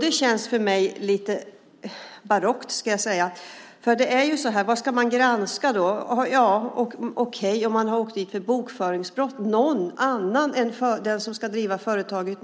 Det känns för mig lite barockt, ska jag säga. Vad ska man granska? Okej, om han har åkt dit för bokföringsbrott, någon annan än den som ska driva företaget.